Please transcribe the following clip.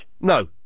No